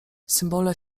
symbole